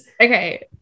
Okay